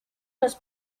los